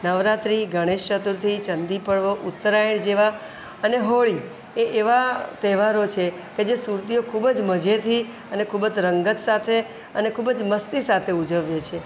નવરાત્રિ ગણેશચતુર્થી ચંદીપડવો ઉત્તરાયણ જેવા અને હોળી એ એવા તહેવારો છે કે જે સુરતીઓ ખૂબ જ મજેથી અને ખૂબ જ રંગત સાથે અને ખૂબ જ મસ્તી સાથે ઉજવીએ છીએ